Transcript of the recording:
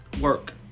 Work